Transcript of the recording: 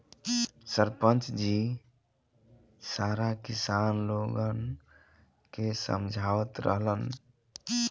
सरपंच जी सारा किसान लोगन के समझावत रहलन